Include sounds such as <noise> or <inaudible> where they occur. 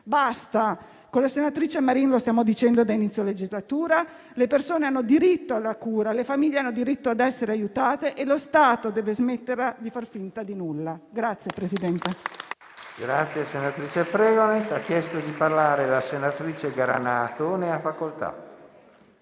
Basta. Con la senatrice Marino lo stiamo dicendo da inizio legislatura: le persone hanno diritto alla cura, le famiglie hanno diritto ad essere aiutate e lo Stato deve smettere di far finta di nulla. <applause>